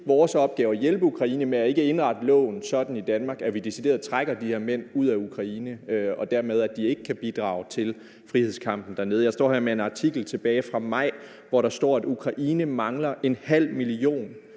vores opgave at hjælpe Ukraine ved ikke at indrette loven sådan i Danmark, at vi decideret trækker de her mænd ud af Ukraine, og at de dermed ikke kan bidrage til frihedskampen dernede. Jeg står her med en artikel tilbage fra maj, hvor der står, at Ukraine mangler en halv million